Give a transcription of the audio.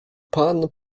pan